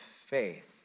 faith